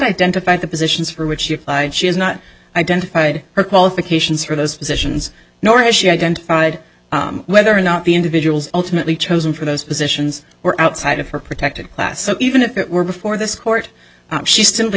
identified the positions for which she has not identified her qualifications for those positions nor has she identified whether or not the individuals ultimately chosen for those positions were outside of her protected class so even if it were before this court she simply